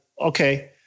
okay